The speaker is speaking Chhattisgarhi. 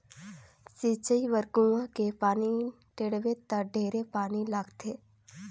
सिंचई बर कुआँ के पानी टेंड़बे त ढेरे पानी लगथे